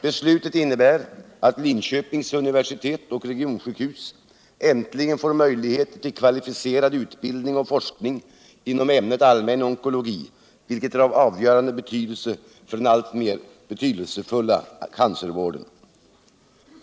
Beslutet innebär att Linköpings universitet och regionsjukhus äntligen får möjligheter till kvalificerad utbildning och forskning inom ämnet allmän onkologi, vilket är av avgörande betydelse för den alltmer betydelsefulla cancervården.